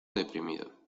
deprimido